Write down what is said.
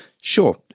Sure